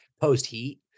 post-heat